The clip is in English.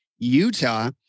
Utah